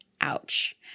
Ouch